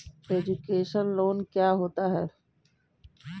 Education loan क्या होता है?